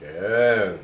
can